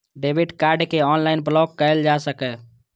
debit card कें online block कैल जा सकैए